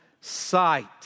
sight